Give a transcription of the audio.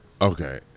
Okay